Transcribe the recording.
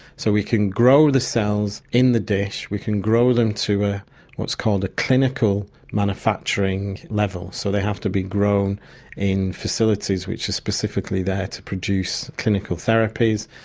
so we can grow the cells in the dish, we can grow them to ah what's called a clinical manufacturing level. so they have to be grown in facilities which are specifically to produce clinical therapies,